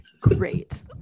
Great